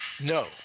No